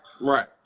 Right